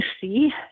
see